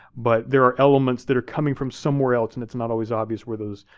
but there are elements that are coming from somewhere else, and it's not always obvious where those,